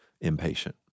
impatient